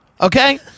Okay